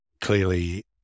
clearly